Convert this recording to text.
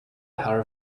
her